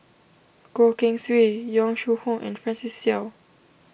Goh Keng Swee Yong Shu Hoong and Francis Seow